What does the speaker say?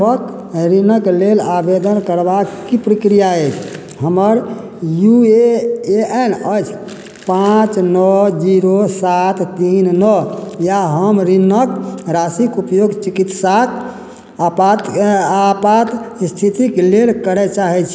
पी F ऋणक लेल आवेदन करबाक की प्रक्रिया अछि हमर यू ए एन अछि पाँच नओ जीरो सात तीन नओ या हम ऋणक राशिक उपयोग चिकित्साक आपात आपात स्थितिक लेल करए चाहै छी